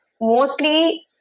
mostly